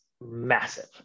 massive